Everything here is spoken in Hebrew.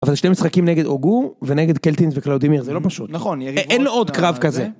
אבל זה שני משחקים נגד אוגו ונגד קלטינס וקלאודימיר זה לא פשוט נכון אין עוד קרב כזה.